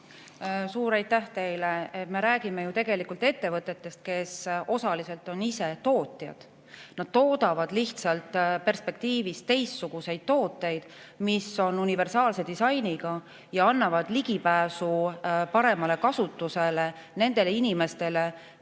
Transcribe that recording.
Suur aitäh teile! Me räägime ju tegelikult ettevõtetest, kes osaliselt on ise tootjad. Nad toodavad lihtsalt perspektiivis teistsuguseid tooteid, mis on universaalse disainiga ja annavad ligipääsu paremale kasutusele nendele inimestele,